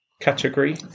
Category